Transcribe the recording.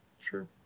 sure